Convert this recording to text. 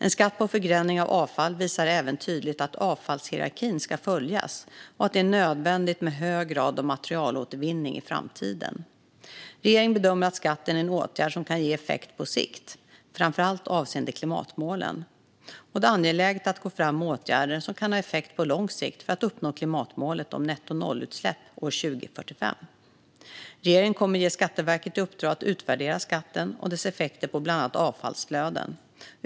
En skatt på förbränning av avfall visar även tydligt att avfallshierarkin ska följas och att det är nödvändigt med hög grad av materialåtervinning i framtiden. Regeringen bedömer att skatten är en åtgärd som kan ge effekt på sikt, framför allt avseende klimatmålen. Det är angeläget att gå fram med åtgärder som kan ha effekt på lång sikt för att uppnå klimatmålet om nettonollutsläpp år 2045. Regeringen kommer att ge Skatteverket i uppdrag att utvärdera skatten och dess effekter på bland annat avfallsflöden.